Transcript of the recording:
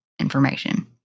information